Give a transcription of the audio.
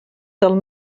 del